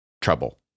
trouble